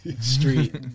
street